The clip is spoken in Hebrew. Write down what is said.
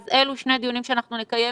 אלו שני דיונים שאנחנו נקיים